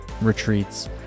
retreats